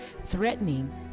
threatening